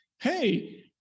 hey